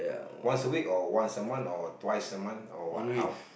once a week or once a month or twice a month or what how